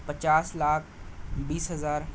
پچاس لاکھ بیس ہزار